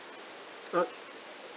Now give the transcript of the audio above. uh